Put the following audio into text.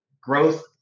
growth